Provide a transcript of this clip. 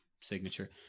signature